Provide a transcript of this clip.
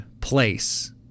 place